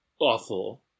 awful